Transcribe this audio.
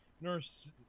nurse